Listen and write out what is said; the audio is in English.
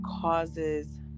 causes